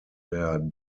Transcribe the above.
der